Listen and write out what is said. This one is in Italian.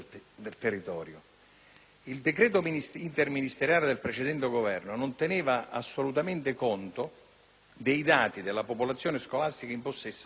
Il decreto interministeriale del precedente Governo non teneva assolutamente conto dei dati della popolazione scolastica in possesso della Regione Basilicata.